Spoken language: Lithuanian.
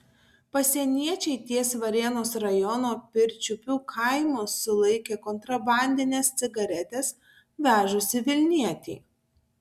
pasieniečiai ties varėnos rajono pirčiupių kaimu sulaikė kontrabandines cigaretes vežusį vilnietį